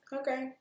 Okay